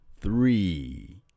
three